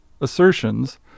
assertions